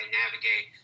navigate